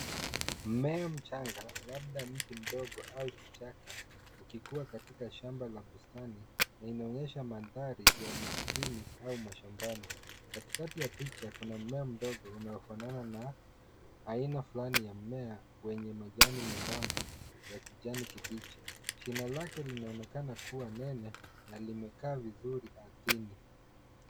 Mmea mchanga labda mche mdogo au kichaka ukikuwa katika shamba la bustani linaonyesha mandhari ya vijijini au mashambani. katikati kuna mmea mdogo unaofanana na aina ya mmea wenye majani membamba ya kijani kibichi, shina lake linaonekana kuwa nene na limekaa vizuri ardhini.